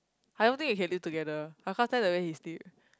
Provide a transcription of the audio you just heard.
I don't think we can live together I can't stand the way he sleep